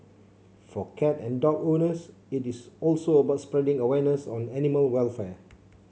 for cat and dog owners it is also about spreading awareness on animal welfare